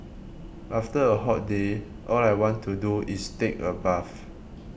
after a hot day all I want to do is take a bath